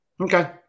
Okay